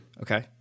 Okay